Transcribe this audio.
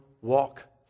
walk